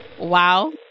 Wow